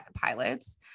pilots